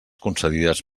concedides